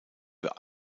für